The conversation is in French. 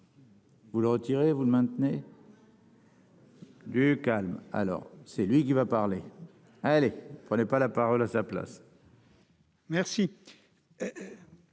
Vous le retirez vous le maintenez. Du calme alors c'est lui qui va parler, allez, on n'est pas la parole à sa place. Merci,